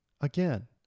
again